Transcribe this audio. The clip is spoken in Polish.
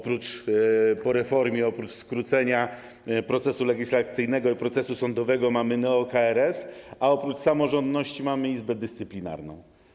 Po reformie oprócz skrócenia procesu legislacyjnego i procesu sądowego mamy neo-KRS, a oprócz samorządności mamy Izbę Dyscyplinarną.